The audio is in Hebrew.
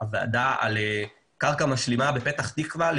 הדיון על קרקע משלימה בפתח תקווה.